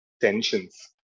tensions